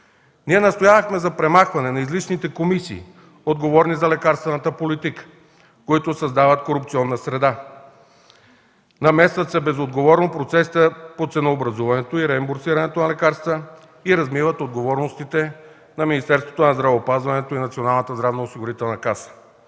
Ние настоявахме за премахване на излишните комисии, отговорни за лекарствената политика, които създават корупционна среда, намесват се безотговорно в процеса по ценообразуването и реинбурсирането на лекарствата и размиват отговорностите на Министерството на здравеопазването и Националната здравноосигурителна каса.